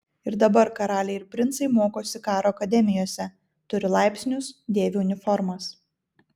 ir dabar karaliai ir princai mokosi karo akademijose turi laipsnius dėvi uniformas